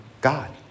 God